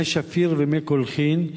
מים שפירים ומי קולחין.